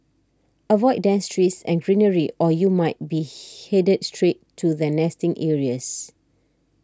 avoid dense trees and greenery or you might be headed straight to their nesting areas